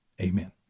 Amen